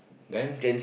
then